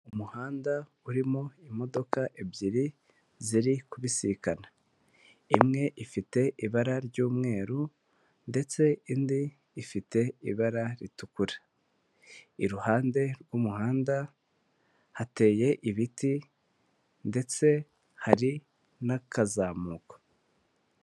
Umuhanda urimo imodoka ebyiri ziri kubisikana imwe ifite ibara ry'umweru ndetse indi ifite ibara ritukura iruhande rw'umuhanda hateye ibiti ndetse hari n'akazamuko.